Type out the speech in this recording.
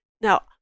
now